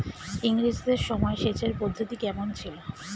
ইঙরেজদের সময় সেচের পদ্ধতি কমন ছিল?